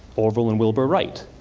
orville and wilbur wright,